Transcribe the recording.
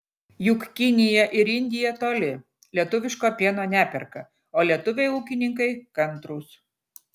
juk kinija ir indija toli lietuviško pieno neperka o lietuviai ūkininkai kantrūs